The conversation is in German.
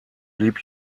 blieb